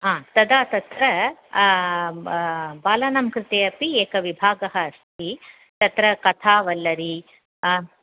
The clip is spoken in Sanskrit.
हा तदा तत्र ब् बालनां कृते अपि एकः विभागः अस्ति तत्र कथावल्लरी